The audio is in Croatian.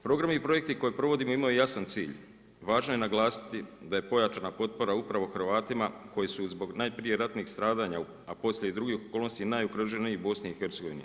Programi i projekti koji provodimo imaju jasan cilj, važno je naglasiti da je pojačana potpora upravo Hrvatima koji su najprije zbog ratnih stradanja, a poslije i drugih okolnosti najugroženiji u BIH.